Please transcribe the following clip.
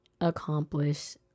accomplish